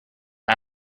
off